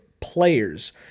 players